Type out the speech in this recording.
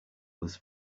was